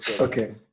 okay